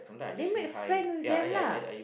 then make friend with them lah